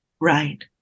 Right